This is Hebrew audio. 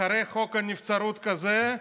אחרי חוק נבצרות כזה,